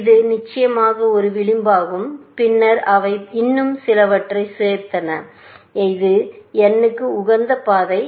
இது நிச்சயமாக ஒரு விளிம்பாகும் பின்னர் அவை இன்னும் சிலவற்றைச் சேர்த்தன இது n க்கு உகந்த பாதை